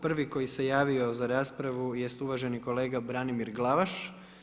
Prvi koji se javio za raspravu jest uvaženi kolega Branimir Glavaš.